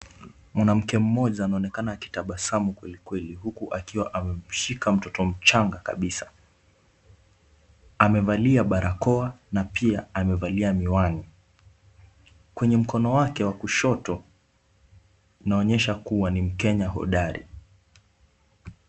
Mwanamke mmoja anaonekana akitabasamu kweli kweli huku akiwa amemshika mtoto mchanga kabisa. Amevalia barakoa na pia amevalia miwani. Kwenye mkono wake wa kushoto, inaonyesha kuwa ni mkenya hodari.